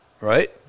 right